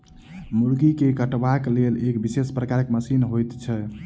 मुर्गी के कटबाक लेल एक विशेष प्रकारक मशीन होइत छै